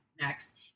next